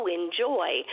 enjoy